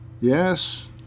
Yes